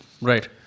right